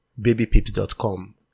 babypips.com